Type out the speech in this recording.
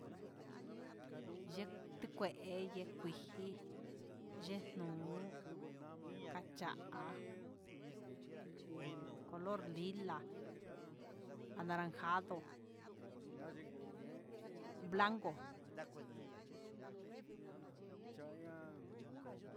Jun ye'é tikué ye'é kuxii, ye'e nu'u, kacha'a ngu color lila, anaranjado, blanco.